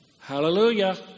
Hallelujah